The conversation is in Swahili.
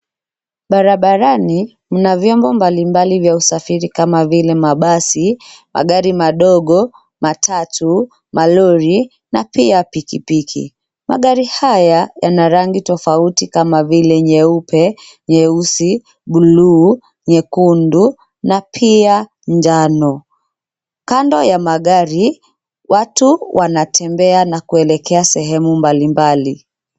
Barabarani mna vyombo mbalimbali vya usafiri kama vile mabasi, magari madogo, matatu, malori na pia pikipiki. Magari haya yana rangi tofauti kama vile nyeupe, nyeusi, buluu, nyekundu na pia njano. Kando ya magari, watu wanatembea na kuelekea sehemu mbalimbali.